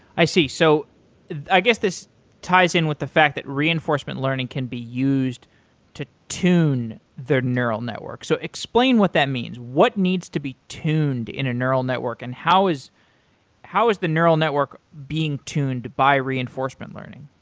i see. so i guess this ties in with the fact that reinforcement learning can be used to tune their neural network. so explain what that means. what needs to be tuned in a neural network and how is how is the neural network being tuned by reinforcement learning?